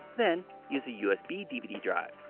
then use a usb dvd drive.